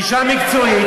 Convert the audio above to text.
אישה מקצועית,